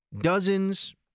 dozens